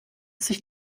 sich